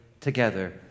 together